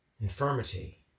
infirmity